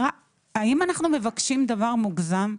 האם אנחנו מבקשים דבר מוגזם?